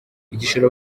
igishoro